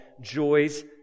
joy's